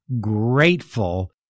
grateful